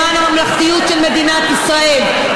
למען הממלכתיות של מדינת ישראל,